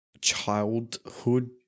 childhood